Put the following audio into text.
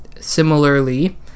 Similarly